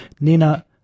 Nina